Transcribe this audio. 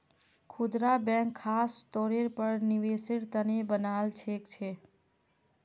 खुदरा बैंक ख़ास तौरेर पर निवेसेर तने बनाल बैंक छे